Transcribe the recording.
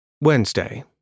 Wednesday